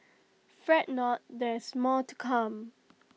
fret not there is more to come